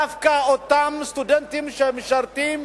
דווקא אותם סטודנטים שמשרתים